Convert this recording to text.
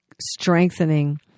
strengthening